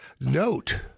note